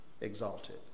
exalted